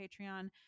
patreon